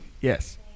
Yes